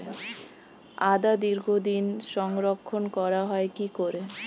আদা দীর্ঘদিন সংরক্ষণ করা হয় কি করে?